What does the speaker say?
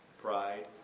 Pride